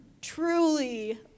truly